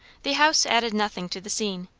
the house added nothing to the scene,